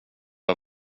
jag